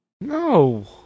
No